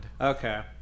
okay